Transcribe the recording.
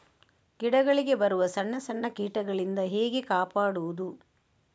ಗಿಡಗಳಿಗೆ ಬರುವ ಸಣ್ಣ ಸಣ್ಣ ಕೀಟಗಳಿಂದ ಹೇಗೆ ಕಾಪಾಡುವುದು?